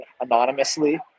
anonymously